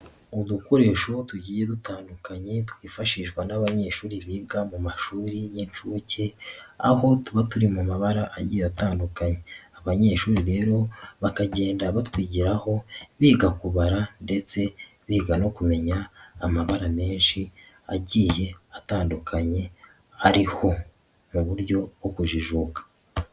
Udukoresho tugiye dutandukanye twifashishwa n'abanyeshuri biga mu mashuri y'inshuke aho tuba turi mu mabara agiye atandukanye, abanyeshuri rero bakagenda batwigiraho biga kubara ndetse biga no kumenya amabara menshi agiye atandukanye ari ho mu buryo bwo kujijuka.